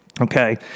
okay